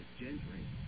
gentry